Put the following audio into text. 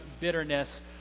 bitterness